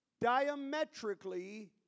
diametrically